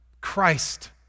Christ